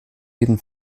jeden